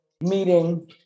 meeting